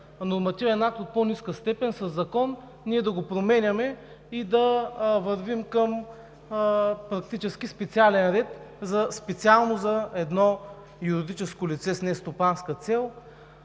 нормативен акт от по-ниска степен – със закон, ние да го променяме и да вървим към практически специален ред, специално за едно юридическо лице с нестопанска цел,